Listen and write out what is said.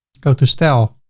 go to style,